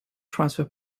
transfer